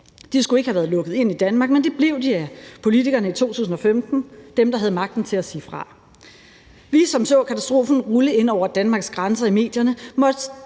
De skulle ikke have været lukket ind i Danmark, men det blev de af politikerne i 2015 – dem, der havde magten til at sige fra. Vi, som så katastrofen rulle ind over Danmarks grænser i medierne, måtte